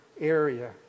area